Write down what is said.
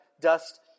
dust